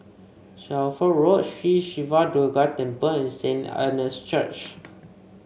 Shelford Road Sri Siva Durga Temple and Saint Anne's Church